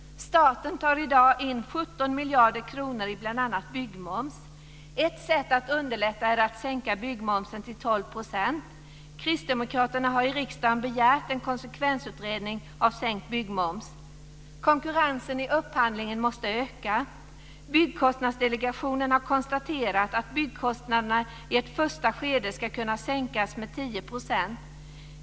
Staten tar i dag in 17 miljarder kronor i bl.a. byggmoms. Ett sätt att underlätta är att sänka byggmomsen till 12 %. Kristdemokraterna har i riksdagen begärt en konsekvensutredning av sänkt byggmoms. Konkurrensen i upphandlingen måste öka. Byggkostnadsdelegationen har konstaterat att byggkostnaderna i ett första skede ska kunna sänkas med 10 %.